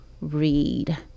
read